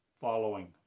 following